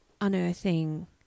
unearthing